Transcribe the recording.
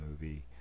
movie